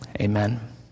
amen